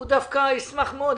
הוא דווקא ישמח מאוד.